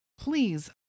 please